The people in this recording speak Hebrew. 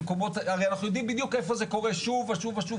הרי אנחנו יודעים בדיוק איפה זה קורה שוב ושוב ושוב,